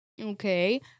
Okay